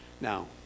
now